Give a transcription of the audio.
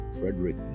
Frederick